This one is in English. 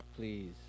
Please